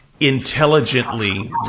intelligently